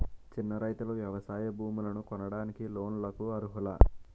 చిన్న రైతులు వ్యవసాయ భూములు కొనడానికి లోన్ లకు అర్హులా?